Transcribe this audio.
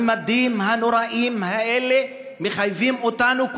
הממדים הנוראים האלה מחייבים אותנו,